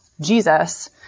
Jesus